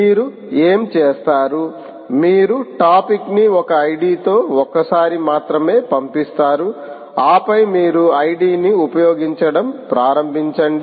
మీరు ఏమి చేస్తారు మీరు టాపిక్ ని ఒక ID తో ఒక్కసారి మాత్రమే పంపిస్తారు ఆపై మీరు ID ని ఉపయోగించడం ప్రారంభించండి